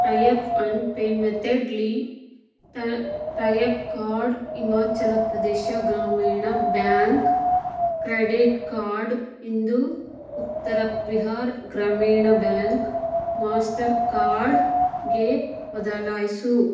tie up and pay ಮೆಥಡಲ್ಲಿ tie up card Himachal Pradesh Gramin bank credit card ಇಂದ Uttar Bihar Gramin bank master ಕಾರ್ಡ್ಗೆ ಬದಲಾಯಿಸು